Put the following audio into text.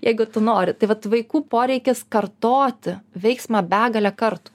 jeigu tu nori tai vat vaikų poreikis kartoti veiksmą begalę kartų